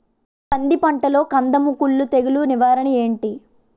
కంది పంటలో కందము కుల్లు తెగులు నివారణ ఏంటి?